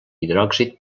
hidròxid